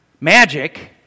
magic